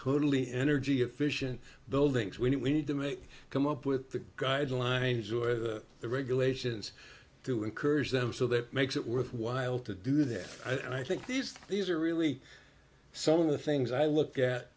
totally energy efficient buildings we need to make come up with the guidelines or the regulations to encourage them so that makes it worthwhile to do that i think these these are really some of the things i look at